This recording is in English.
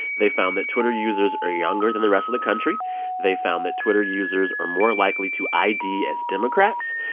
they found that twitter users are younger than the rest of the country they found that twitter users are more likely to id as democrats.